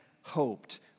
hoped